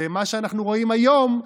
ומה שאנחנו רואים היום,